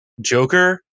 Joker